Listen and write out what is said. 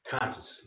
consciously